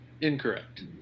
Incorrect